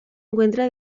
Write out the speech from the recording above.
encuentra